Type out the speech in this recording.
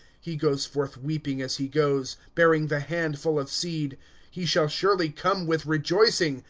he goes forth weeping as he goes, bearing the handful of seed he shall surely come with rejoicing,